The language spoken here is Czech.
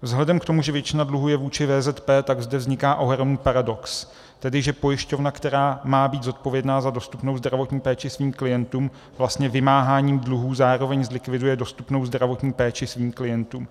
Vzhledem k tomu, že většina dluhu je vůči VZP, tak zde vzniká ohromný paradox, tedy že pojišťovna, která má být zodpovědná za dostupnou zdravotní péči svým klientům, vlastně vymáháním dluhů zároveň zlikviduje dostupnou zdravotní péči svým klientům.